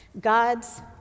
God's